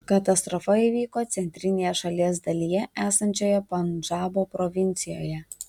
katastrofa įvyko centrinėje šalies dalyje esančioje pandžabo provincijoje